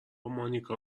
مانیکا